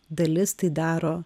dalis tai daro